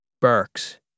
Burks